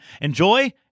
Enjoy